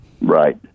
Right